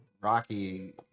Rocky